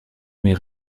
mais